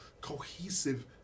cohesive